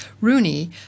Rooney